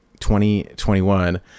2021